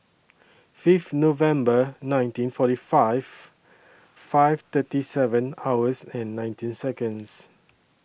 Fifth November nineteen forty five five thirty seven hours and nineteen Seconds